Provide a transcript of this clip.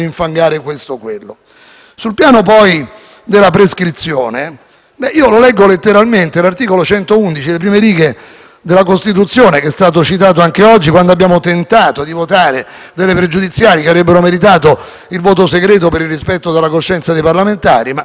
Sul piano, poi, della prescrizione, vado a leggere letteralmente l'articolo 111 della Costituzione, che è stato citato anche oggi, quando abbiamo tentato di votare delle questioni pregiudiziali che avrebbero meritato il voto segreto per il rispetto della coscienza dei parlamentari, ma non è stato possibile.